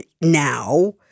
now